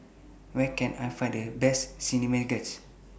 Where Can I Find The Best Chimichangas